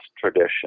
tradition